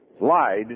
lied